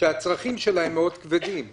שהצרכים שלה כבדים מאוד.